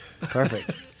Perfect